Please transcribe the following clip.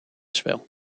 spel